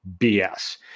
BS